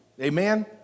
amen